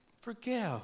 forgive